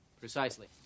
Precisely